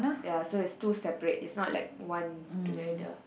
ya so it's two separate it's not like one together